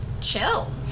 chill